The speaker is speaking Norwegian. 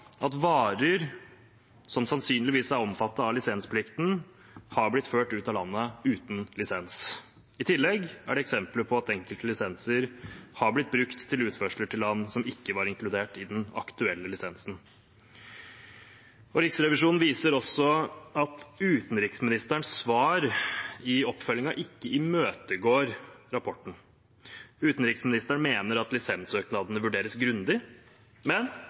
at varer som sannsynligvis er omfattet av lisensplikten, har blitt ført ut av landet uten lisens. I tillegg er det eksempler på at enkelte lisenser har blitt brukt til utførsler til land som ikke var inkludert i den aktuelle lisensen. Riksrevisjonen viser også at utenriksministerens svar i oppfølgingen ikke imøtegår rapporten. Utenriksministeren mener at lisenssøknadene vurderes grundig, men